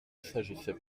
s’agissait